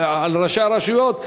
ראשי הרשויות,